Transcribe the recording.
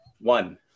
One